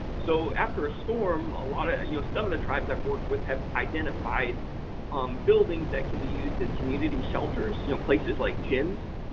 so, after a storm, a lot of ah you know some of the tribes i've worked with have identified um buildings that can be used as community shelters, you know places like gyms.